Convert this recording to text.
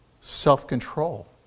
Self-control